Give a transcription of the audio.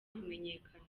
kumenyekana